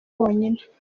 bonyine